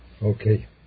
Okay